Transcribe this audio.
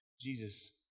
Jesus